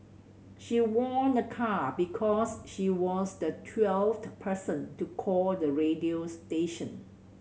she won a car because she was the twelfth person to call the radio station